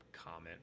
comment